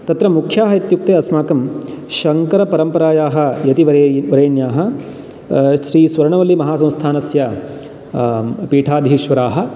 तत्र मुख्याः इत्युक्ते अस्माकं शङ्करपरम्परायाः यति वरेण्याः श्रीस्वर्णवल्लीमहासंस्थानस्य पीठाधीश्वराः